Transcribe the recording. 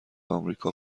آمریکا